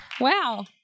Wow